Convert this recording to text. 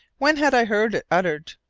when had i heard it uttered?